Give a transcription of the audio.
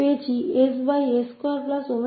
तो यह laplace है cos 𝜔𝑡 का